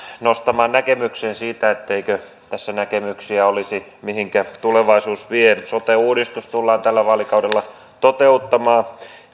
nostamaan näkemykseen siitä etteikö tässä näkemyksiä olisi mihinkä tulevaisuus vie sote uudistus tullaan tällä vaalikaudella toteuttamaan